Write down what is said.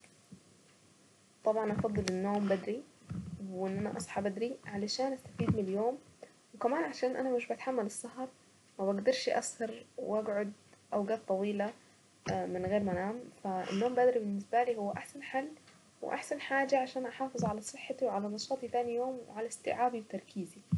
طبعا افضل النوم بدري وان انا اصحى بدري علشان استفيد من اليوم وكمان عشان انا مش بتحمل السهر ما بقدرش اسهر واقعد اوقات طويلة من غير ما انام فالنوم بدري بالنسبة لي هو احسن حل واحسن حاجة عشان احافظ على صحتي وعلى نشاطي تاني يوم وعلى استيعابي تركيزي.